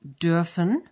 dürfen